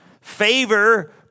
Favor